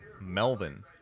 Melvin